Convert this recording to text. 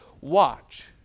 watch